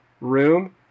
room